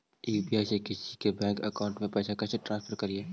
UPI से किसी के बैंक अकाउंट में पैसा कैसे ट्रांसफर करी?